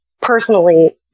personally